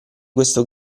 questo